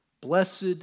Blessed